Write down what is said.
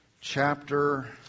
chapter